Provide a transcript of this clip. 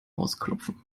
ausklopfen